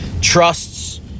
trusts